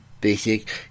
basic